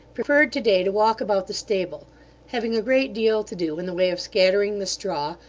preferred to-day to walk about the stable having a great deal to do in the way of scattering the straw,